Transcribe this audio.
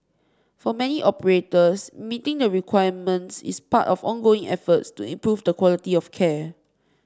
for many operators meeting the requirements is part of ongoing efforts to improve the quality of care